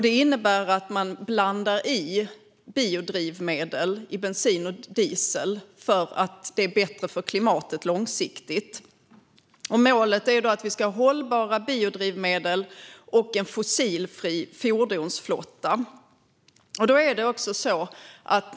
Det innebär att man blandar i biodrivmedel i bensin och diesel därför att det är bättre för klimatet på lång sikt. Målet är att vi ska ha hållbara biodrivmedel och en fossilfri fordonsflotta.